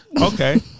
Okay